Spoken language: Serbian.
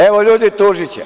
Evo, ljudi, tužiće.